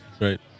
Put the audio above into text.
Right